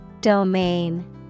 Domain